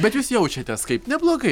bet jūs jaučiatės kaip neblogai